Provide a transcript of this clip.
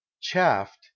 Chaffed